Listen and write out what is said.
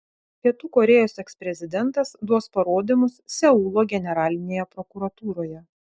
pietų korėjos eksprezidentas duos parodymus seulo generalinėje prokuratūroje